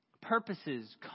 Purposes